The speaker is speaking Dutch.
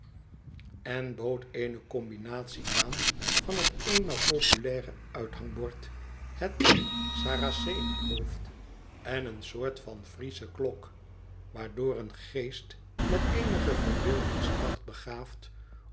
en bood eene combinatie aan van het eenmaal populaire uithangbord het saracenenhoofd en een soort van friesche klok waardoor een geest met eenige verbeeldingskracht begaafd